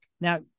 now